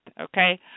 okay